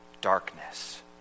darkness